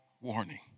Warning